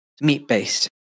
meat-based